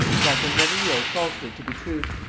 as i can never yield falsehood to be truth,